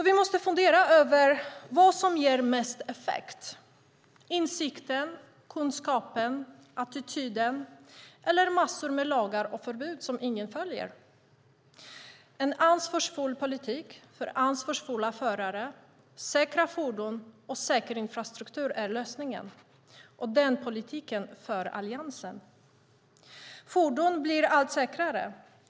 Vi måste fundera över vad som ger mest effekt: insikten, kunskapen och attityden eller massor med lagar och förbud som ingen följer? En ansvarsfull politik för ansvarsfulla förare, säkra fordon och säker infrastruktur är lösningen. Den politiken för Alliansen. Fordon blir allt säkrare.